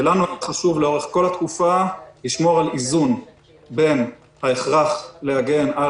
ולנו חשוב לאורך כל התקופה לשמור על איזון בין ההכרח להגן על